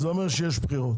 זה אומר שיש בחירות.